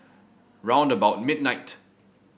round about midnight